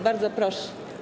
Bardzo proszę.